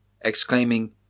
exclaiming